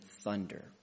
thunder